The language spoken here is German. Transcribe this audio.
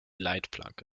leitplanke